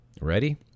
Ready